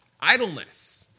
Idleness